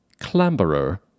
clamberer